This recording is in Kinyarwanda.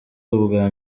ubwa